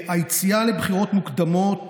היציאה לבחירות מוקדמות